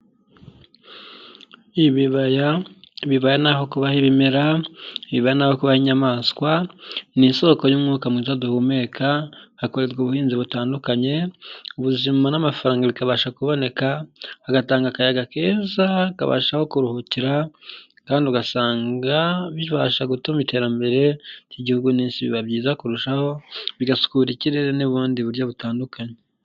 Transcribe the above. Ibibaya, ibibaye ni aho kuba ha ibimera, ibibaya ni kuba ha inyamaswa, ni isoko y'umwuka mwiza duhumeka, hakorerwa ubuhinzi butandukanye, ubuzima n'amafaranga bikabasha kuboneka, hagatanga akayaga keza kabashaho kuruhukira kandi ugasanga bibasha gutuma iterambere ry'igihugu n'isi biba byiza kurushaho, bigasukura ikirere n'ubundi buryo butandukanye.